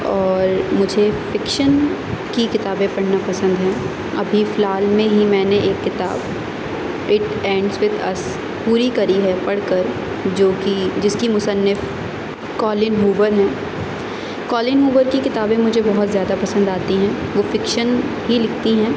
اور مجھے فکشن کی کتابیں پڑھنی پسند ہیں ابھی فی الحال میں ہی میں نے ایک کتاب پوری کری ہے پڑھ کر جوکہ جس کی مصنف کالنگ ہوبر ہیں کالنگ ہوبر کی کتابیں مجھے بہت زیادہ پسند آتی ہیں وہ فکشن ہی لکھتی ہیں